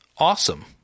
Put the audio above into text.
Awesome